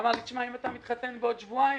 הוא אמר לי: אם אתה מתחתן בעוד שבועיים